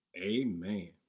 amen